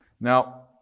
Now